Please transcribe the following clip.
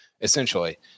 essentially